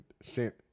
sent